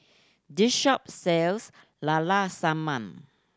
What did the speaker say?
this shop sells la la sanum